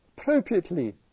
appropriately